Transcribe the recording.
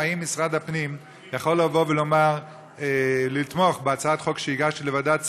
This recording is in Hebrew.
האם משרד הפנים יכול לבוא ולתמוך בהצעת החוק שהגשתי לוועדת השרים,